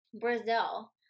brazil